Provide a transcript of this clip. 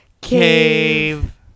cave